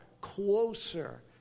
closer